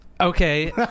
Okay